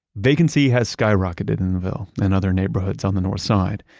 vacancy has skyrocketed in the ville and other neighborhoods on the north side.